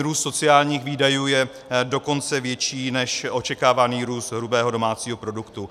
Růst sociálních výdajů je dokonce větší než očekávaný růst hrubého domácího produktu.